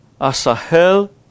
Asahel